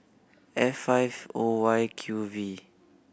F five O Y Q V